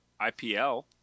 ipl